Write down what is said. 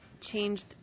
changed